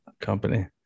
company